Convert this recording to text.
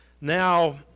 Now